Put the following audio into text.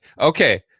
okay